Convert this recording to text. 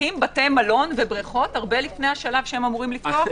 פותחים בתי מלון ובריכות הרבה לפני השלב שהם אמורים לפתוח.